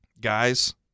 guys